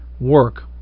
work